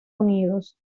unidos